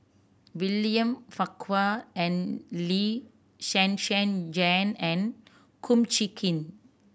William Farquhar and Lee Zhen Zhen Jane and Kum Chee Kin